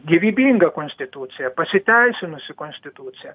gyvybinga konstitucija pasiteisinusi konstitucija